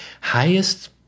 highest